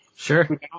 Sure